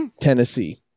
Tennessee